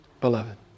beloved